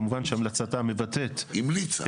כמובן שהמלצתה מבטאת --- המליצה.